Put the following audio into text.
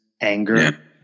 anger